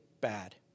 bad